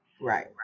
Right